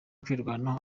kwirwanaho